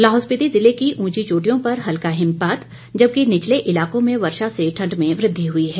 लाहौल स्पिति जिले की उंची चोटियों पर हल्का हिमपात जबकि निचले इलाकों में वर्षा से ठंड में वृद्धि हुई है